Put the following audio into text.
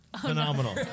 Phenomenal